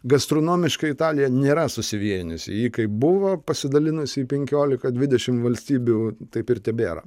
gastronomiškai italija nėra susivienijusi ji kaip buvo pasidalinusi į penkiolika dvidešimt valstybių taip ir tebėra